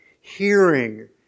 hearing